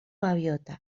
gaviota